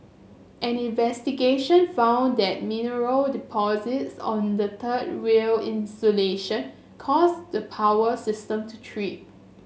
an investigation found that mineral deposits on the third rail insulation caused the power system to trip